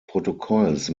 protokolls